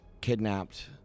kidnapped